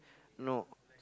no